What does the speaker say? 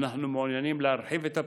אנחנו מעוניינים להרחיב את הפעילות.